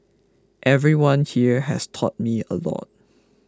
everyone here has taught me a lot